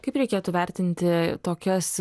kaip reikėtų vertinti tokias